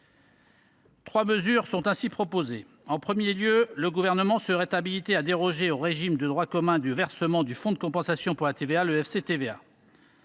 Trois mesures sont ainsi proposées. En premier lieu, le Gouvernement serait habilité à déroger au régime de droit commun du versement du fonds de compensation pour la TVA, le FCTVA.